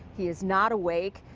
he is not awake,